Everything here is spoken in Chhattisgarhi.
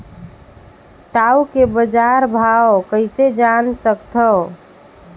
टाऊ के बजार भाव कइसे जान सकथव?